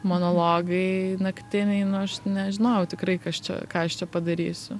monologai naktiniai nu aš nežinojau tikrai kas čia ką aš čia padarysiu